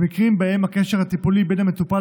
במקרים שבהם הקשר הטיפולי בין המטופל